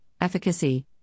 efficacy